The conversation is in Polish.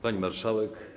Pani Marszałek!